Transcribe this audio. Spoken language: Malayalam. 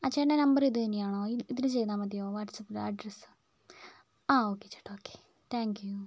ആ ചേട്ടൻ്റെ നമ്പർ ഇത് തന്നെയാണോ ഇതിൽ ചെയ്താൽ മതിയോ വാട്സ്ആപ്പ് അഡ്രസ്സ് ആ ഒക്കെ ചേട്ടാ ഓക്കേ താങ്ക് യൂ